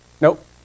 nope